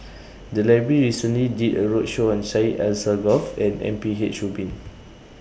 The Library recently did A roadshow on Syed Alsagoff and M P H Rubin